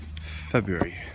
February